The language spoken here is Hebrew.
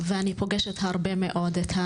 ואני פוגשת הרבה מאוד,